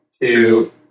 two